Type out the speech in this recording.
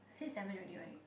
I said salmon already right